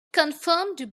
confirmed